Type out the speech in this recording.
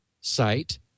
site